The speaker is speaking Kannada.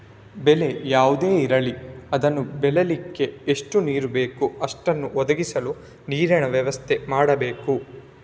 ಬೆಳೆ ಯಾವುದೇ ಇರ್ಲಿ ಅದನ್ನ ಬೆಳೀಲಿಕ್ಕೆ ಎಷ್ಟು ನೀರು ಬೇಕೋ ಅಷ್ಟನ್ನ ಒದಗಿಸಲು ನೀರಿನ ವ್ಯವಸ್ಥೆ ಮಾಡ್ಬೇಕು